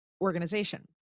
organization